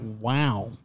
Wow